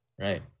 Right